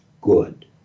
good